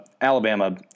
Alabama –